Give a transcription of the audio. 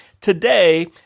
today